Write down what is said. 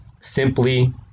simply